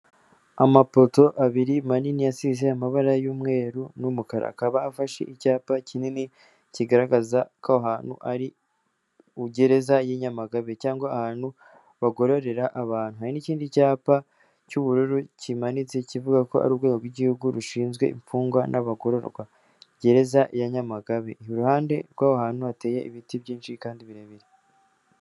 Amapoto abiri manini asize amabara y'umweru n'umukara, akaba afashe icyapa kinini kigaragaza ko aho hantu ari gereza y'i Nyamagabe cyangwa ahantu bagororera abantu, hari n'ikindi cyapa cy'ubururu kimanitse kivuga ko ari urwego rw'igihugu rushinzwe imfungwa n'abagororwa, gereza ya Nyamagabe. Iruhande rw'aho hantu hateye ibiti byinshi kandi birebire.